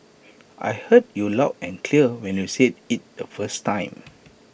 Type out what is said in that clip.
I heard you loud and clear when you said IT the first time